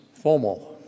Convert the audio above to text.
FOMO